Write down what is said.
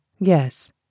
yes